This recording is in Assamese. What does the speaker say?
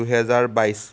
দুহেজাৰ বাইছ